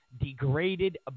degraded